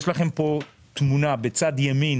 יש לכם תמונה בצד ימין